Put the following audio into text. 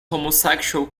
homosexual